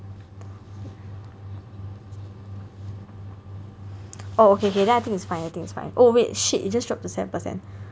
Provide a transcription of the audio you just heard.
oh okay kay then I think it's fine I think it's fine oh wait shit it just dropped to seven per cent